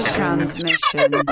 Transmission